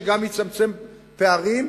שגם יצמצם פערים,